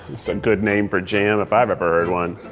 that's a good name for jam if i've ever heard one.